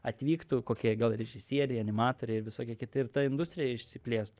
atvyktų kokie gal režisieriai animatoriai ir visokie kiti ir ta industrija išsiplėst